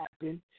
happen